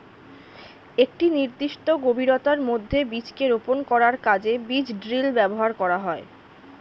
একটি নির্দিষ্ট গভীরতার মধ্যে বীজকে রোপন করার কাজে বীজ ড্রিল ব্যবহার করা হয়